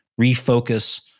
refocus